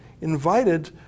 invited